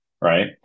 right